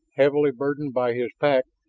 heavily burdened by his pack,